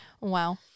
Wow